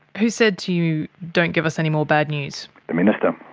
who said to you don't give us any more bad news? the minister.